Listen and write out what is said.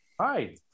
hi